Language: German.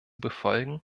befolgen